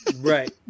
Right